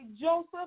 Joseph